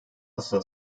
asla